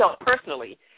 personally